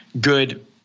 good